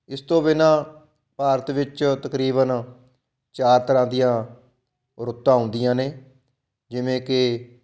ਇਸ ਤੋਂ ਬਿਨਾ ਭਾਰਤ ਵਿੱਚ ਤਕਰੀਬਨ ਚਾਰ ਤਰ੍ਹਾਂ ਦੀਆਂ ਰੁੱਤਾਂ ਆਉਂਦੀਆਂ ਨੇ ਜਿਵੇਂ ਕਿ